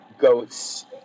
GOATS